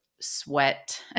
sweat